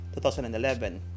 2011